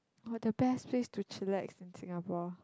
!wah! the best place to chillax in Singapore